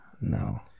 No